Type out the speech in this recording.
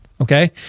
Okay